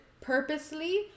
purposely